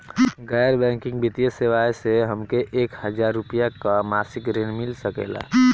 गैर बैंकिंग वित्तीय सेवाएं से हमके एक हज़ार रुपया क मासिक ऋण मिल सकेला?